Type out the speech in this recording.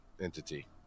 entity